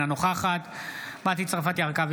אינה נוכחת מטי צרפתי הרכבי,